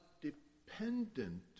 dependent